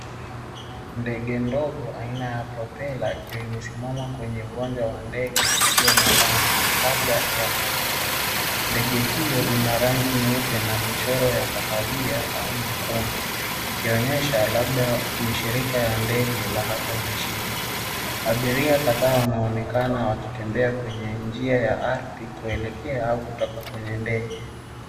Ndege ndogo aina ya propela ikiwa imesimama kwenye uwanja wa ndege usio na lami, labda airstrip . Ndege hiyo ina rangi nyeupe na michoro ya kahawia au nyekundu ikionyesha labda ni shirika la ndege la hapa nchini. Abiria kadhaa wanaonekana wakitembea kwenye njia ya ardhi kuelekea au kutoka kwenye ndege.